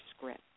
script